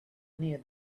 near